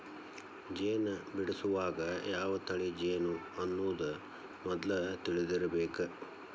ಜೇನ ಬಿಡಸುವಾಗ ಯಾವ ತಳಿ ಜೇನು ಅನ್ನುದ ಮದ್ಲ ತಿಳದಿರಬೇಕ